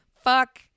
fuck